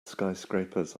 skyscrapers